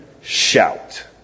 shout